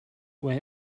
when